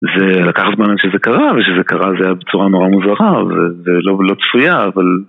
זה לקח זמן שזה קרה, וכשזה קרה זה היה בצורה נורא מוזרה, ולא צפויה, אבל...